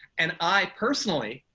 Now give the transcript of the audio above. and i personally,